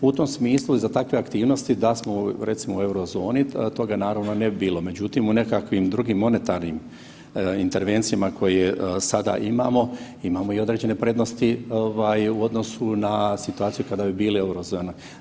U tom smislu za takve aktivnosti da smo recimo u eurozoni toga naravno ne bi bilo, međutim u nekim drugim monetarnim intervencijama koje sada imamo, imamo i određene prednosti u odnosu na situaciju kada bi bili u eurozoni.